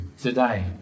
today